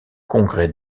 congrès